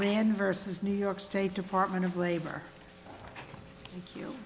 man versus new york state department of labor